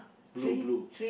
blue blue